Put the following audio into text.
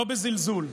לא בזלזול.